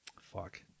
Fuck